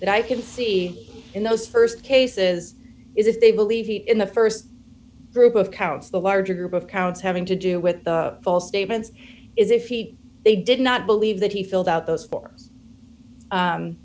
that i can see in those st cases is if they believe in the st group of counts the larger group of counts having to do with false statements is if he they did not believe that he filled out those for